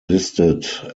listed